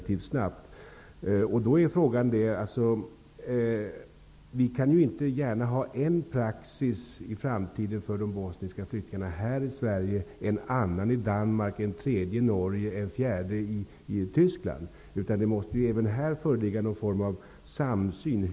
Vi kan ju i framtiden inte gärna ha en praxis för de bosniska flyktingarna här i Sverige, en annan i Tyskland, utan det måste även i detta sammanhang föreligga någon form av samsyn.